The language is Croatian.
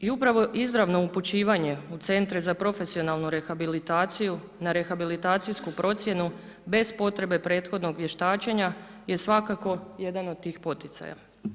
I upravo izravno upućivanje u centre za profesionalnu rehabilitaciju, na rehabilitacijsku procjenu, bez potrebe prethodnog vještačenja je svakako jedan od tih poticaja.